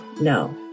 no